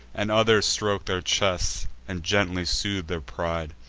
and others stroke their chests and gently soothe their pride.